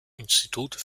institut